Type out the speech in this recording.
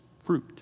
fruit